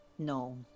No